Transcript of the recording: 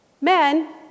men